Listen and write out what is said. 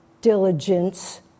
diligence